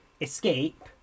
escape